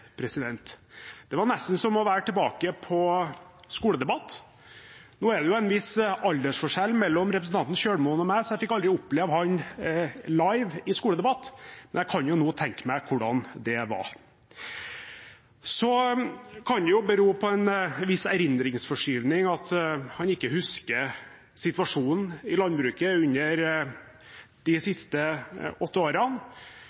Det var nesten som å være tilbake på skoledebatt. Nå er det en viss aldersforskjell mellom representanten Kjølmoen og meg, så jeg fikk aldri oppleve ham live i skoledebatt, men jeg kan jo nå tenke meg hvordan det var. Det kan jo bero på en viss erindringsforskyving at han ikke husker situasjonen i landbruket under de